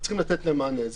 יש לתת לזה מענה.